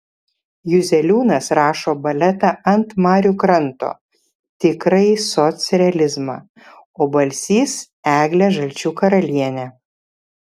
juzeliūnas rašo baletą ant marių kranto tikrąjį socrealizmą o balsys eglę žalčių karalienę